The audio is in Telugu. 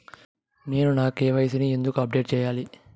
నేను నా కె.వై.సి ని ఎందుకు అప్డేట్ చెయ్యాలి?